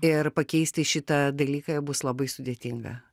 ir pakeisti šitą dalyką bus labai sudėtinga